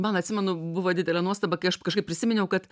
man atsimenu buvo didelė nuostaba kai aš kažkaip prisiminiau kad